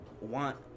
want